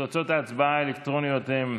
ההצבעה האלקטרונית הן